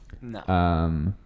No